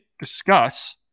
discuss